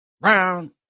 round